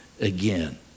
again